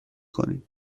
کنید